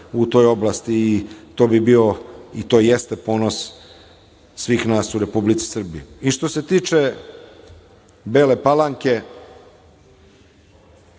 u toj oblasti i to jeste ponos svih nas u Republici Srbiji. Što se tiče Bele Palanke,